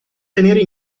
tenere